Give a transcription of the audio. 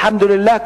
אל-חמד ללאה,